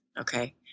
Okay